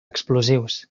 explosius